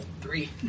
Three